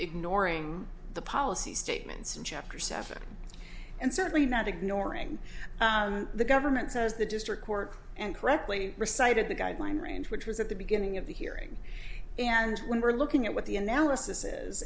ignoring the policy statements in chapter seven and certainly not ignoring the government says the district court and correctly recited the guideline range which was at the beginning of the hearing and when we're looking at what the analysis is